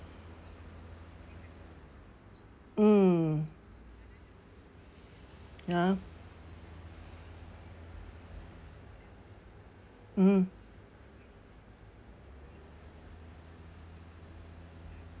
mm ya mmhmm